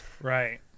Right